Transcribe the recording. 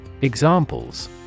Examples